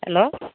hello